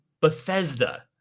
Bethesda